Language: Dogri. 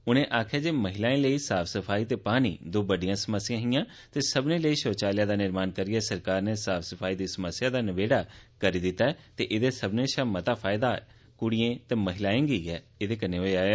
उन्ने आक्खेया जे महिलाएं लेई साफ सफाई ते पानी दौं बड्डियां समस्यां हियां ते सब्भनें लेई शौचालयें दा निर्माण करियै सरकार नै साफ सफाई दी समस्या दा नबेड़ा करी दिता ऐ ते एदा सब्भने शा मता फायदा क्ड़ियें ते महिलायें गी होआ ऐ